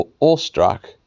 awestruck